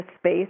space